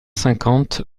cinquante